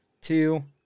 two